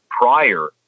prior